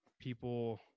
people